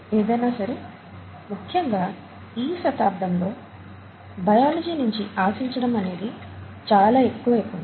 ఏదైనా సరే ముఖ్యంగా ఈ శతాబ్దంలో బయాలజీ నించి ఆశించడం అనేది చాలా ఎక్కువైపోయింది